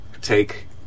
take